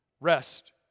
rest